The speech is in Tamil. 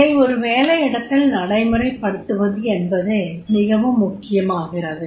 இதை ஒரு வேலையிடத்தில் நடைமுறைப் படுத்துவதென்பது மிகவும் முக்கியமாகிறது